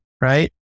Right